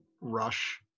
Rush